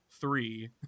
three